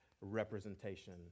representation